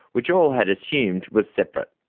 which all had assumed was separate.